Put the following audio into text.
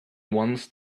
ones